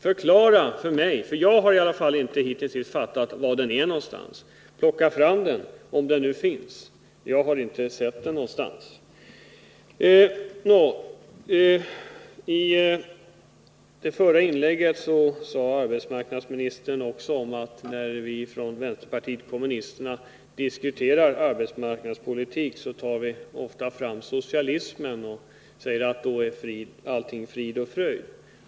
Förklara det för mig, för jag har i varje fall hittills inte fattat var den är någonstans. Plocka fram den, om den nu finns! Jag har inte sett den någonstans. I sitt förra inlägg sade arbetsmarknadsministern att när vi från vänsterpartiet kommunisterna diskuterar arbetsmarknadspolitik, tar vi ofta fram socialismen och säger att med den är allt frid och fröjd.